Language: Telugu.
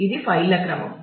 ఇది ఫైళ్ళ క్రమం